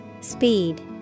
Speed